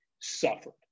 suffered